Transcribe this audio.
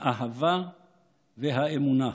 האהבה והאמונה,